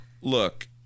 look